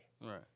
Right